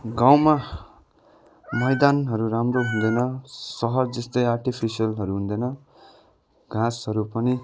गाउँमा मैदानहरू राम्रो हुँदैन सहर जस्तै आर्टिफिसियलहरू हुँदैन घाँसहरू पनि